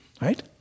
right